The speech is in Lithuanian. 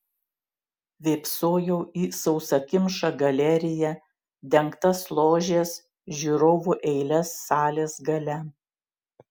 vėpsojau į sausakimšą galeriją dengtas ložes žiūrovų eiles salės gale